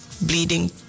bleeding